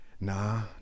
nah